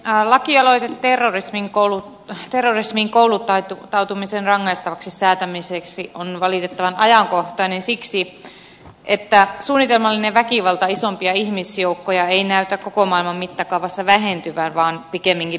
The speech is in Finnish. laki aloite terrorismiin kouluttautumisen rangaistavaksi säätämiseksi on valitettavan ajankohtainen siksi että suunnitelmallinen väkivalta isompia ihmisjoukkoja kohtaan ei näytä koko maailman mittakaavassa vähentyvän vaan pikemminkin päinvastoin